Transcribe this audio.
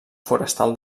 forestal